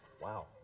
Wow